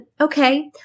okay